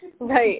Right